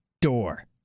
door